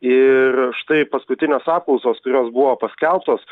ir štai paskutinės apklausos kurios buvo paskelbtos